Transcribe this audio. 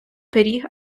пиріг